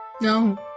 No